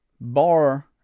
bar